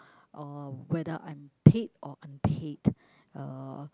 uh whether I'm paid or unpaid uh